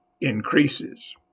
increases